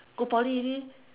go Poly already